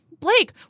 Blake